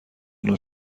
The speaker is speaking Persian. نوع